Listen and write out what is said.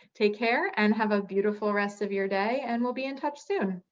take care and have a beautiful rest of your day, and we'll be in touch soon.